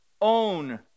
own